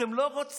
אתם לא רוצים.